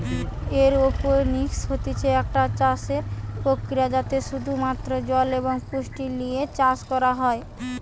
aeroponics হতিছে একটা চাষসের প্রক্রিয়া যাতে শুধু মাত্র জল এবং পুষ্টি লিয়ে চাষ করা হয়